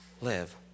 live